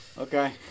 Okay